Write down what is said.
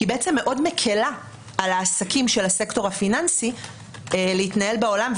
מאוד מקלה על העסקים של הסקטור הפיננסי להתנהל בעולם,